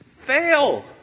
fail